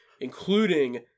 Including